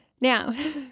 Now